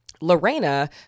Lorena